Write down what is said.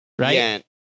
Right